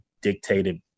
dictated